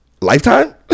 lifetime